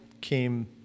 came